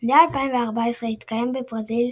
מונדיאל 2014 התקיים בברזיל,